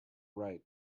right